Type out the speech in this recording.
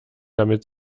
damit